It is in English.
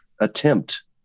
attempt